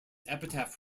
epitaph